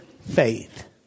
faith